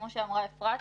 כפי שאמרה אפרת,